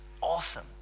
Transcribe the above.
awesome